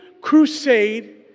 crusade